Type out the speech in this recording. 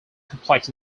complex